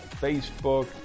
Facebook